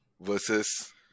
versus